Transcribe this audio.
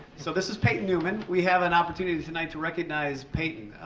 so this is peyton newman. we have an opportunity tonight to recognize peyton.